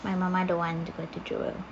my mama don't want to go to jewel